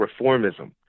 reformism